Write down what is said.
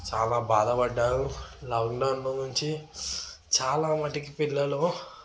చాలా బాధపడ్డారు లాక్డౌన్ నుంచి చాలా మట్టుకి పిల్లలు